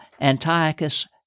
antiochus